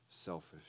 selfish